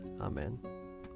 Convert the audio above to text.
Amen